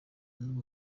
n’u